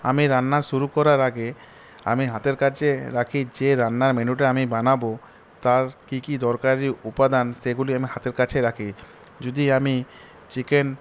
আমি রান্না শুরু করার আগে আমি হাতের কাছে রাখি যে রান্নার মেনুটা আমি বানাবো তার কী কী দরকারি উপাদান সেগুলি আমি হাতের কাছে রাখি যদি আমি চিকেন